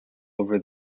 over